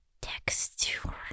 texture